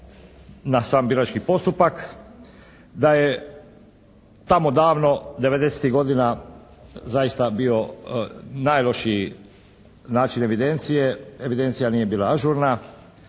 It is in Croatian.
na sam birački postupak, da je tamo davno 90-tih godina zaista bio najlošiji način evidencije, evidencija nije bila ažurna,